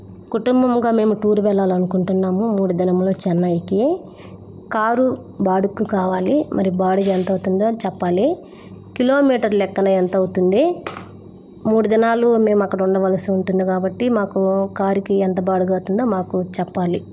కుటుంబముగా మేము టూరు వెళ్ళాలని అనుకుంటున్నాము మూడు దినములు చెన్నైకి కారు బాడుగకు కావాలి మరి బాడుగ ఎంత అవుతుందో అది చెప్పాలి కిలోమీటర్ లెక్కన ఎంత అవుతుంది మూడు దినాలు మేము అక్కడ ఉండవలసి ఉంటుంది కాబట్టి మాకు కారుకి ఎంత బాడుగ అవుతుందో మాకు చెప్పాలి